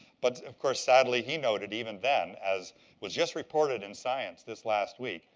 but of course, sadly he noted even then, as was just reported in science this last week,